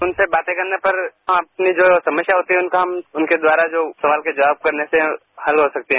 उन से बात करने पर आपने जो समस्या बताई है उनका हम उनके द्वारा जो सवाल के जवाब करने से हल हो सकते हैं